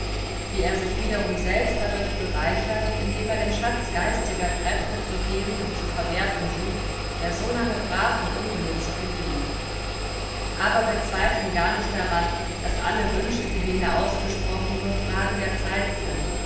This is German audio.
wie er sich wiederum selbst dadurch bereichert indem er den schatz geistiger kräfte zu heben und zu verwerthen sucht der so lange brach und unbenutzt gelegen aber wir zweifeln gar nicht daran daß alle wünsche die wir hier ausgesprochen nur fragen der zeit sind